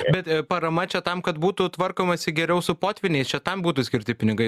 bet parama čia tam kad būtų tvarkomasi geriau su potvyniais čia tam būtų skirti pinigai